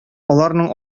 аларның